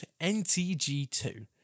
NTG2